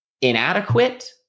inadequate